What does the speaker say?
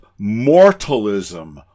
mortalism